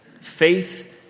Faith